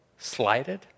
slighted